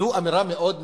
זאת אמירה מאוד מסוכנת.